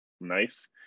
nice